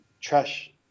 trash